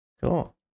Cool